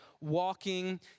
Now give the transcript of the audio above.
walking